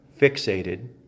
fixated